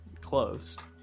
Closed